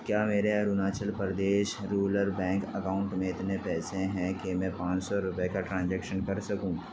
کیا میرے Arunachal Pradesh rural bank account میں اتنے پیسے ہیں کہ میں پانچ سو روپئے کا ٹرانزیکشن کر سکوں